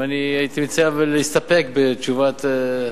הייתי מציע להסתפק בתשובה.